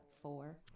four